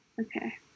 Okay